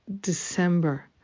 december